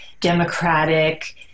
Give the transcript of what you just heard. democratic